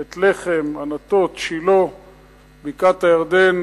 בית-לחם, ענתות, שילה ובקעת-הירדן.